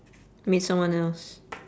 meet someone else